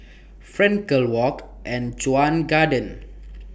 Frankel Walk and Chuan Garden